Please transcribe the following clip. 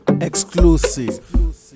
Exclusive